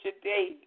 today